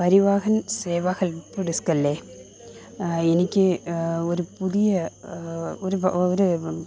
Parivahan Seva help desk അല്ലെ എനിക്ക് ഒരു പുതിയ ഒരു ഒര്